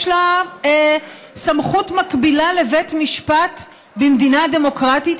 לה סמכות מקבילה לבית משפט במדינה דמוקרטית.